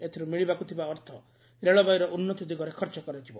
ଏଥିରୁ ମିଳିବାକୁ ଥିବା ଅର୍ଥ ରେଳବାଇର ଉନ୍ନତି ଦିଗରେ ଖର୍ଚ୍ଚ କରାଯିବ